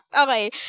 Okay